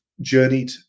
journeyed